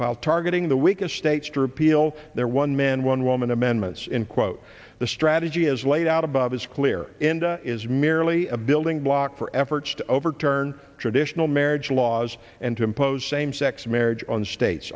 while targeting the weakest states to repeal their one man one woman amendments in quote the strategy as laid out above is clear into is merely a building block for efforts to overturn traditional marriage laws and to impose same sex marriage on sta